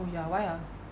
oh ya why ah